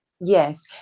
Yes